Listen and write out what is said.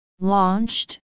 Launched